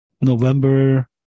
November